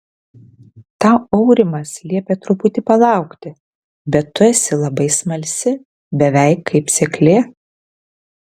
tau aurimas liepė truputį palaukti bet tu esi labai smalsi beveik kaip seklė